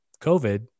COVID